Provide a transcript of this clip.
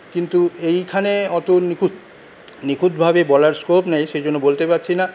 কিন্তু এইখানে অত নিখুঁত নিখুঁতভাবে বলার স্কোপ নেই সেই জন্য বলতে পারছি না